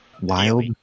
Wild